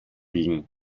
biegen